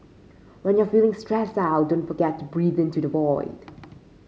when you are feeling stressed out don't forget to breathe into the void